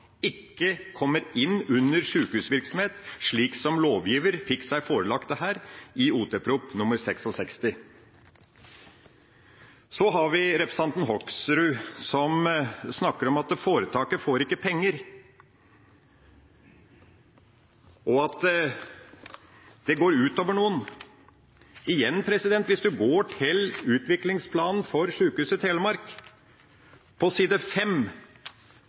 ikke kommer inn under sykehusvirksomhet, slik som lovgiver fikk seg dette forelagt i Ot.prp. nr. 66. Så har vi representanten Hoksrud, som snakker om at foretaket ikke får penger, og at det går ut over noen. Igjen: Hvis man går til utviklingsplanen for Sykehuset Telemark på side